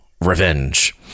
Revenge